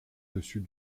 dessus